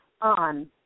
on